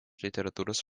literatūros